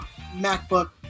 MacBook